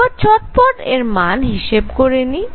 এবার চটপট এর মান হিসেব করে নিই